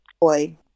boy